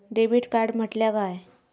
Debit card म्हटल्या काय?